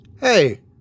Hey